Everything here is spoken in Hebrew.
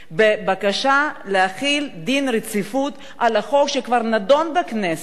בבקשה להחיל דין רציפות על חוק שכבר נדון בכנסת,